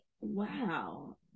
wow